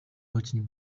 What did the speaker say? bakinnyi